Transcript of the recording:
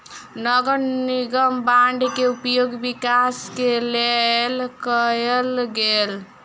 नगर निगम बांड के उपयोग विकास के लेल कएल गेल